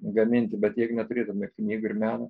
gaminti bet jeigu neturėtume knygų ir meno